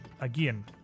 again